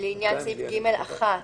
בסעיף (ג)(1)